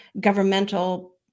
governmental